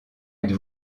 êtes